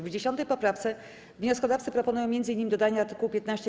W 10. poprawce wnioskodawcy proponują m.in. dodanie art. 15gj.